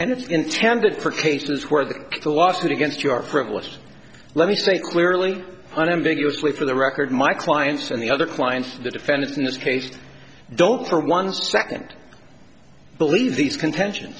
and it's intended for cases where the lawsuit against you are frivolous let me say clearly unambiguous with for the record my clients and the other clients of the defendants in this case don't for one second believe these contention